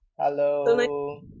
Hello